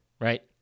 Right